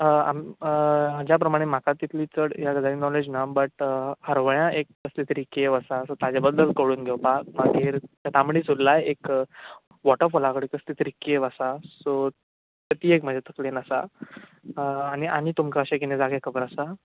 आम ज्या प्रमाणे म्हाका तितली चड ह्या गजालीन नॉलेज ना बट हरवळ्या एक कसली तरी केव आसा सो ताज्या बद्दल कळून घेवपाक मागीर तांबडी सुर्लाय एक वॉटफॉला कडेन कसली तरी केव आसा सो ती एक म्हाज्या तकलेन आसा आनी आनी तुमकां अशे किने जागे खबर आसा